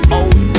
old